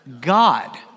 God